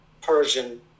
Persian